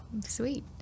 sweet